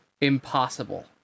Impossible